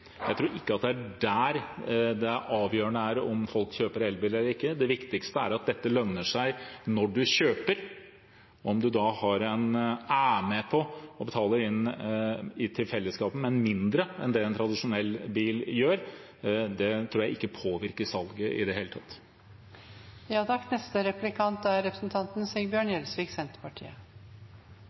jeg tror ikke det er det som er avgjørende for om folk kjøper elbil eller ikke. Det viktigste er at dette lønner seg når man kjøper. Om man da er med på å betale inn til fellesskapet, men mindre enn det man gjør ved en tradisjonell bil tror jeg ikke påvirker salget i det hele tatt.